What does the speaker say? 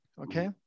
okay